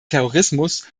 terrorismus